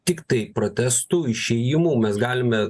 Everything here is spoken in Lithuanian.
tiktai protestu išėjimu mes galime